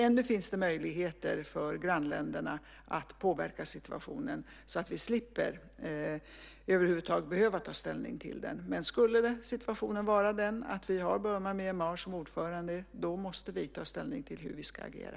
Ännu finns det möjligheter för grannländerna att påverka situationen så att vi över huvud taget slipper ta ställning till det. Men skulle situationen vara den att vi har Burma/Myanmar som ordförande måste vi ta ställning till hur vi ska agera.